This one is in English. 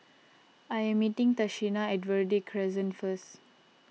I am meeting Tashina at Verde Crescent first